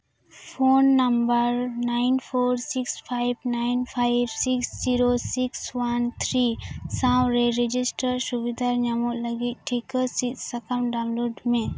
phone number nine four six five nine five six zero six one three ᱥᱟᱶᱨᱮ register ᱥᱩᱵᱤᱫᱷᱟ ᱧᱟᱢᱚᱜ ᱞᱟᱹᱜᱤᱫ ᱴᱤᱠᱟᱹ ᱥᱤᱫ ᱥᱟᱠᱟᱢ ᱰᱟᱣᱩᱱᱞᱳᱰ ᱢᱮ